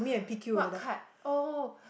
what card oh